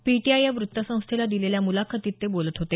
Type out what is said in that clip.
PTI या वृत्तसंस्थेला दिलेल्या मुलाखतीत ते बोलत होते